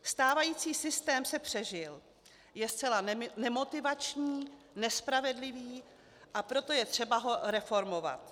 Stávající systém se přežil, je zcela nemotivační, nespravedlivý, a proto je třeba ho reformovat.